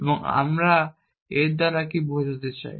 এবং আমরা এর দ্বারা কি বোঝাতে চাই